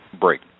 break